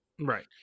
Right